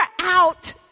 out